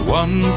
one